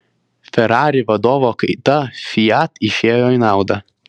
ferrari vadovo kaita fiat išėjo į naudą